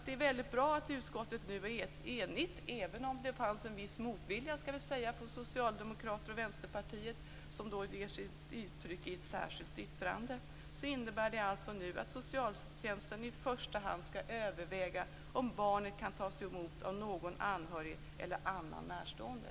Det är bra att utskottet är enigt, även om det fanns en viss motvilja hos socialdemokrater och vänsterpartister, vilket kommer till uttryck i ett särskilt yttrande. Det innebär att socialtjänsten i första hand skall överväga om barnet kan tas emot av någon anhörig eller annan närstående.